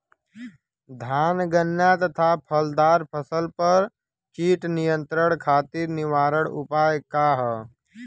धान गन्ना तथा फलदार फसल पर कीट नियंत्रण खातीर निवारण उपाय का ह?